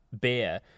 beer